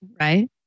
right